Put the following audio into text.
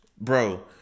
bro